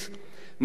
מעלה-אפרים,